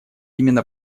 именно